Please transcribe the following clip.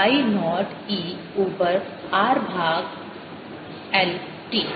I naught e ऊपर r भाग L t